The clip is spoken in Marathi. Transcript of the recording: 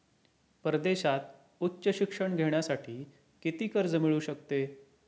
परदेशात उच्च शिक्षण घेण्यासाठी किती कर्ज मिळू शकते?